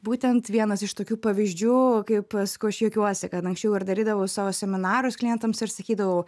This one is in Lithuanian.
būtent vienas iš tokių pavyzdžių kaip pask aš juokiuosi kad anksčiau ar darydavau savo seminarus klientams ir sakydavau